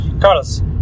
Carlos